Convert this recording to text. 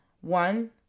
one